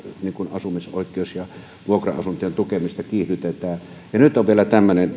asumisoikeus ja vuokra asuntojen tukemista kiihdytetään ja nyt on vielä tämmöinen